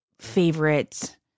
favorite